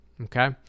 Okay